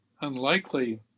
unlikely